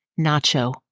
Nacho